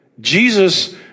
Jesus